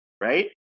right